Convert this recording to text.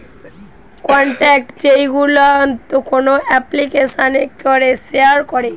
contact যেইগুলো কোন এপ্লিকেশানে করে শেয়ার করে